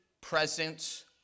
presence